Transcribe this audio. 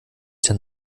denn